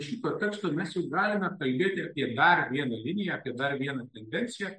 šito teksto mes jau galime kalbėti apie dar vieną liniją apie dar vieną tendenciją